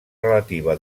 relativa